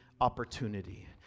opportunity